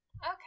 Okay